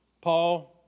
Paul